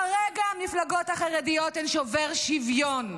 כרגע המפלגות החרדיות הן שובר שוויון.